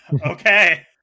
okay